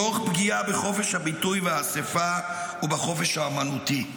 תוך פגיעה בחופש הביטוי והאספה ובחופש האמנותי,